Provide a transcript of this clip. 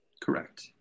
Correct